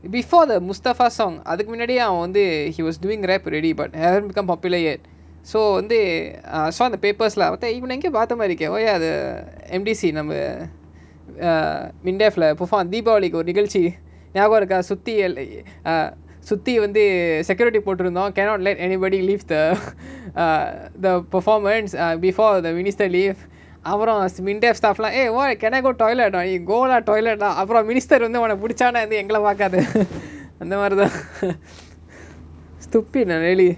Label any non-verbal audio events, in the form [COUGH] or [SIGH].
before the mustafa song அதுக்கு முன்னாடியே அவன் வந்து:athuku munnadiye avan vanthu he was doing rap already but haven't become popular yet so வந்து:vanthu err saw அந்த:antha papers lah otha இவன எங்கயோ பாத்த மாரி இருக்கே:ivana engayo paatha mari iruke oh ya the M_D_C நம்ம:namma err mindef lah perform deepavali கு ஒரு நிகழ்ச்சி ஜாபகோ இருக்கா சுத்தியல்லயே:ku oru nikalchi jabako iruka suthiyallaye ah சுத்தி வந்து:suthi vanthu security போட்டிருந்தோ:potiruntho cannot let anybody leave the [NOISE] err the performance ah before the minister leave அவரு:avaru is mindef stuff lah eh why can I go toilet I go lah toilet lah அப்ரோ:apro minister வந்து அவன புடிச்சானா இருந்தா எங்கள பாக்காத:vanthu avana pudichana iruntha engala paakatha [LAUGHS] அந்தமாரிதா:anthamaritha [NOISE] stupid lah really